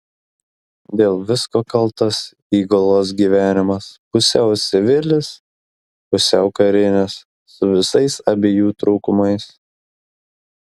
dėl visko kaltas įgulos gyvenimas pusiau civilis pusiau karinis su visais abiejų trūkumais